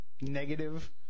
negative